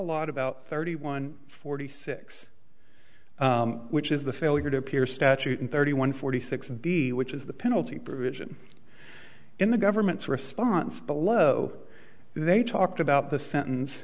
lot about thirty one forty six which is the failure to appear statute in thirty one forty six v which is the penalty provision in the government's response below they talked about the sentence